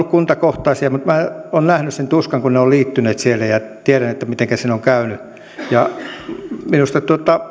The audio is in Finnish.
kuntakohtaisia mutta minä olen nähnyt sen tuskan kun ne ovat liittyneet siellä ja tiedän mitenkä siinä on käynyt ja minusta